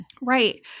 Right